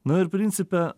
nu ir principe